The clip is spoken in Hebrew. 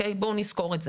בואו נזכור את זה.